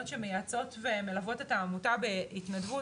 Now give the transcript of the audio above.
שמייצגות ומלוות את העמותה בהתנדבות,